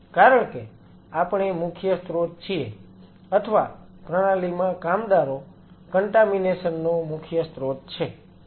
કારણ કે આપણે મુખ્ય સ્ત્રોત છીએ અથવા પ્રણાલીમાં કામદારો કન્ટામીનેશન નો મુખ્ય સ્રોત છે